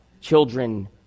children